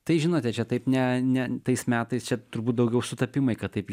tai žinote čia taip ne ne tais metais čia turbūt daugiau sutapimai kad taip